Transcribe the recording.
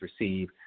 receive